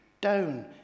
down